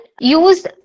use